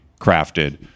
crafted